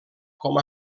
com